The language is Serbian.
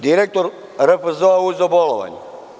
Direktor RFZO-a je uzeo bolovanje.